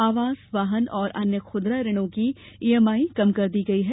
आवास वाहन और अन्य खुदरा ऋणों की ईएमआई कम कर दी गयी है